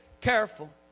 careful